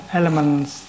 elements